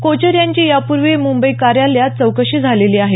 कोचर यांची यापूर्वी मुंबई कार्यालयात चौकशी झालेली आहे